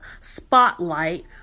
spotlight